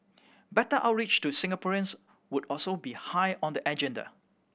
better outreach to Singaporeans would also be high on the agenda